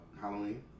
Halloween